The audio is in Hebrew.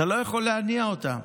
אתה לא יכול להניע אותה.